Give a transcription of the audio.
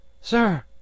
sir